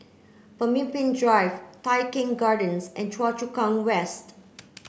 Pemimpin Drive Tai Keng Gardens and Choa Chu Kang West